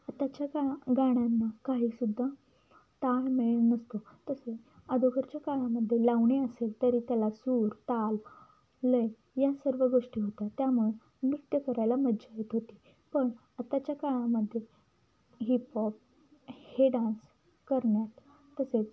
आताच्या काळा गाण्यांना काही सुद्धा ताळमेळ नसतो तसे अगोदरच्या काळामध्ये लावणी असेल तरी त्याला सूर ताल लय या सर्व गोष्टी होत्या त्यामुळे नृत्य करायला मजा येत होती पण आताच्या काळामध्ये हिप हॉप हे डान्स करण्यात तसेच